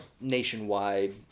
nationwide